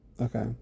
Okay